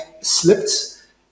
slipped